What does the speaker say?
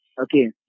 okay